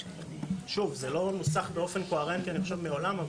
שוב זה לא נוסח באופן קוהרנטי אני חושב מעולם,